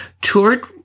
toured